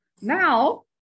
Now